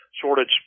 shortage